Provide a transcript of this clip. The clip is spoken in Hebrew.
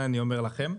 זה אני אומר לכם.